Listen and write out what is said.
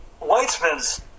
Weitzman's